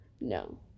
no